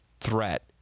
threat